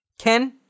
Ken